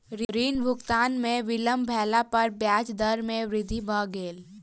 ऋण भुगतान में विलम्ब भेला पर ब्याज दर में वृद्धि भ गेल